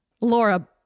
Laura